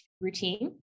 routine